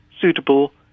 suitable